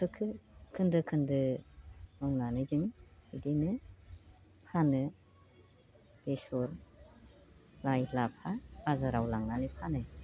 थख' खोन्दो खोन्दो मावनानै जों बिदिनो फानो बेसर लाइ लाफा बाजाराव लांनानै फानो